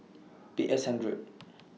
P S hundred